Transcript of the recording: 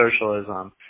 socialism